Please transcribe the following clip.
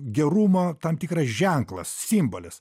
gerumo tam tikras ženklas simbolis